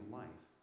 life